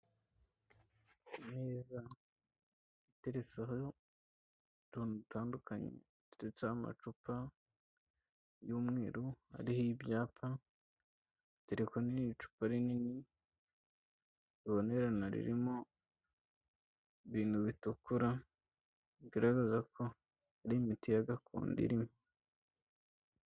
Ameza ateretseho utuntu dutandukanye, hateretseho amacupa y'umweru ariho ibyapa. Hateretseho n'icupa rinini ribonerana ririmo ibintu bitukura, bigaragaza ko ari imiti ya gakondo irimo.